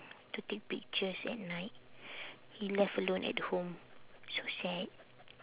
to take pictures at night he left alone at home so sad